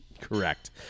Correct